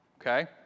Okay